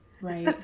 Right